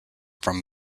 from